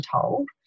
told